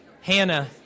Hannah